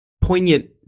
poignant